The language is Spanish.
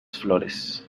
flores